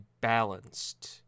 balanced